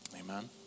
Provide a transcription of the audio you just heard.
Amen